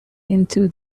into